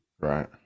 Right